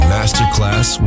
Masterclass